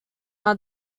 are